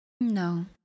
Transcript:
No